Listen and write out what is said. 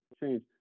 change